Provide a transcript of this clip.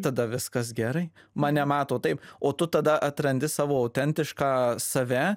tada viskas gerai mane mato taip o tu tada atrandi savo autentišką save